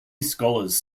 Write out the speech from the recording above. scholars